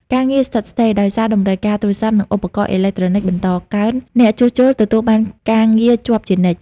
ការងារស្ថិតស្ថេរ ដោយសារតម្រូវការទូរស័ព្ទ និងឧបករណ៍អេឡិចត្រូនិចបន្តកើន អ្នកជួសជុលទទួលបានការងារជាប់ជានិច្ច។